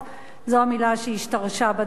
זו המלה שהשתרשה בדיבור.